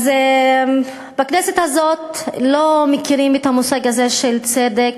אז בכנסת הזאת לא מכירים את המושג הזה של צדק.